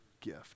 gift